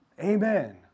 Amen